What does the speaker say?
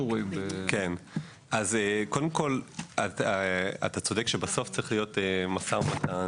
קודם כל אתה צודק שבסוף צריך להיות משא ומתן